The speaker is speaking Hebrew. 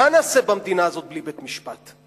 מה נעשה במדינה הזאת בלי בית-משפט?